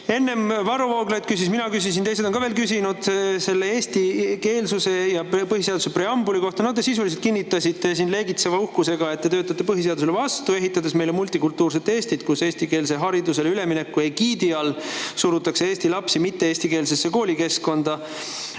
Enne Varro Vooglaid küsis, mina küsisin ja teised on veel küsinud eestikeelsuse ja põhiseaduse preambuli kohta. Te sisuliselt kinnitasite leegitseva uhkusega, et te töötate põhiseadusele vastu, ehitades meile multikultuurilist Eestit, kus eestikeelsele haridusele ülemineku egiidi all surutakse eesti lapsi mitte-eestikeelsesse koolikeskkonda.